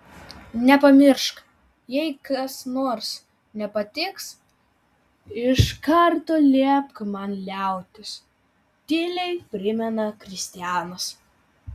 nepamiršk jei kas nors nepatiks iš karto liepk man liautis tyliai primena kristianas